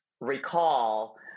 recall